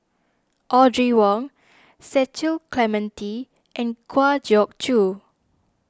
Audrey Wong Cecil Clementi and Kwa Geok Choo